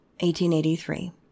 1883